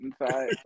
inside